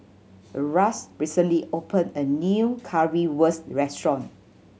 Ras recently opened a new Currywurst restaurant